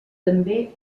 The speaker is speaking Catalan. també